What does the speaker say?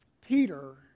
Peter